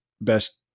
best